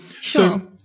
Sure